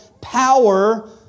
power